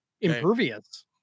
impervious